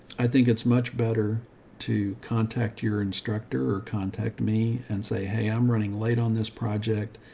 i think it's much better to contact your instructor or contact me and say, hey, i'm running late on this project,